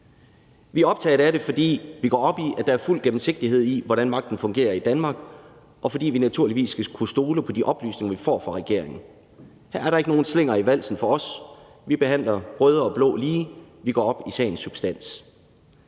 Vi er optaget af det, fordi vi går op i, at der er fuld gennemsigtighed i, hvordan magten fungerer i Danmark, og fordi vi naturligvis skal kunne stole på de oplysninger, vi får fra regeringen. Her er der ikke nogen slinger i valsen for os. Vi behandler røde og blå lige, vi går op i sagens substans.